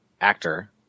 actor